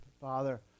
Father